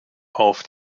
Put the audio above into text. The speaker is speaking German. auf